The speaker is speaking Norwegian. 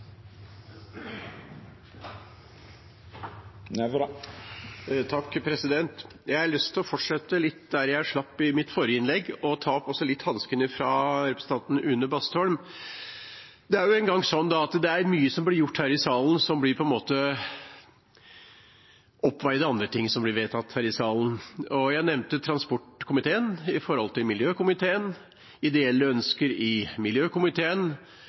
Jeg har lyst til å fortsette litt der jeg slapp i mitt forrige innlegg og også ta opp hansken etter representanten Une Bastholm. Det er jo en gang sånn at det er mye som blir gjort her i salen, som på en måte blir oppveid av andre ting som blir vedtatt her. Jeg nevnte transportkomiteen i forhold til miljøkomiteen – ideelle ønsker i miljøkomiteen